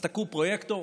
אז תקעו פרויקטור,